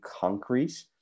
concrete